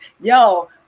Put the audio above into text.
Yo